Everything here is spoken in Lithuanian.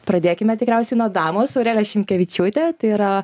pradėkime tikriausiai nuo damos aurelija šimkevičiūtė tai yra